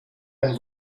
ein